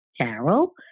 Carol